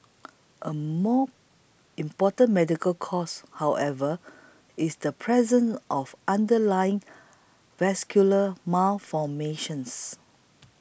a more important medical cause however is the presence of underlying vascular malformations